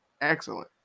Excellent